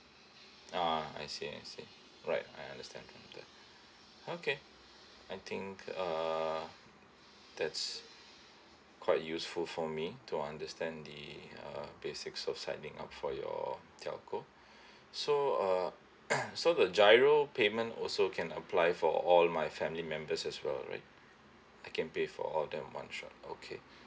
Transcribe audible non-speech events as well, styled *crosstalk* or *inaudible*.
ah I see I see alright I understand on that okay I think uh that's quite useful for me to understand the uh basics of signing up for your telco so uh *coughs* so the GIRO payment also can apply for all my family members as well right I can pay for all of them one shot okay